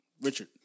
Richard